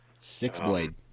Six-blade